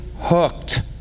hooked